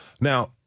Now